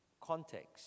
context